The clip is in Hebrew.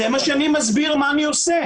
אני מסביר מה שאני עושה.